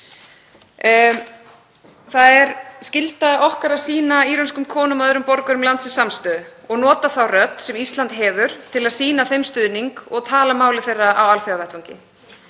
Það er skylda okkar að sýna írönskum konum og öðrum borgurum landsins samstöðu og nota þá rödd sem Ísland hefur til að sýna þeim stuðning og tala máli þeirra á alþjóðavettvangi.